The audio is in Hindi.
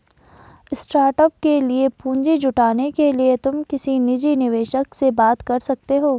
स्टार्टअप के लिए पूंजी जुटाने के लिए तुम किसी निजी निवेशक से बात कर सकते हो